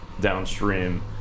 downstream